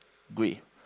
grey